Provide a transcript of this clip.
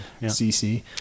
CC